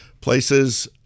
places